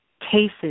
cases